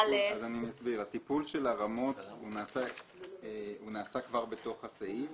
עשיתי גם יותר צדק.